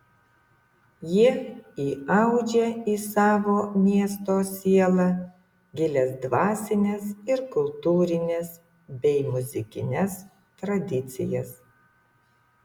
jie įaudžia į savo miesto sielą gilias dvasines ir kultūrines bei muzikines tradicijas